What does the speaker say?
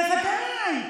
בוודאי.